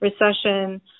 recession